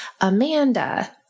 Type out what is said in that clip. Amanda